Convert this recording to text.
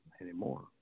anymore